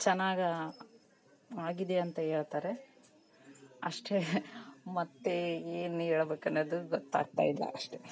ಚೆನ್ನಾಗಿ ಆಗಿದೆ ಅಂತ ಹೇಳ್ತಾರೆ ಅಷ್ಟೇ ಮತ್ತು ಏನು ಹೇಳ್ಬೇಕ್ ಅನ್ನೋದು ಗೊತ್ತಗ್ತಾ ಇಲ್ಲ ಅಷ್ಟೇ